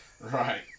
Right